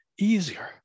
easier